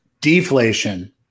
deflation